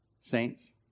Saints